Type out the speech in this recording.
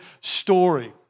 story